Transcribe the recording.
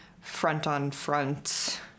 front-on-front